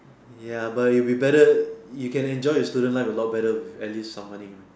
ya but it'd be better you can enjoy your student life a lot better with at least some money man